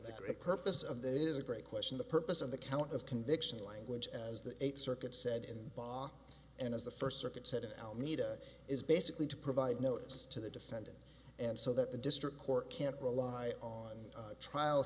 great purpose of that is a great question the purpose of the count of conviction language as the eighth circuit said in bar and as the first circuit said alameda is basically to provide notice to the defendant and so that the district court can't rely on a trial